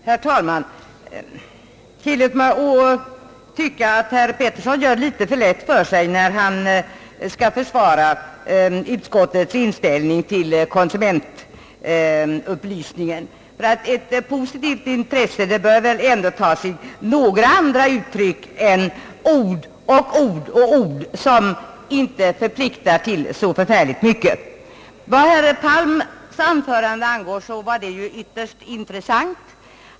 Herr talman! Tillåt mig anse att herr Petersson gör det litet för lätt för sig när han skall försvara utskottets inställning till konsumentupplysningen. Ett positivt intresse bör väl ändå ta sig några andra uttryck än ord och ord och ord, som inte förpliktar till så färfärligt mycket. Herr Palms anförande var intressant.